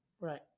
Right